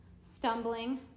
stumbling